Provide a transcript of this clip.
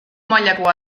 mailako